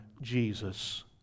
Jesus